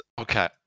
Okay